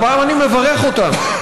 הפעם אני מברך אותם,